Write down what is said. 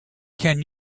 can